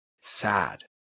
sad